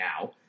now